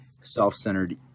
self-centered